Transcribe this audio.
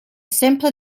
simpler